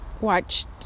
watched